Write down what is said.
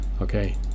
Okay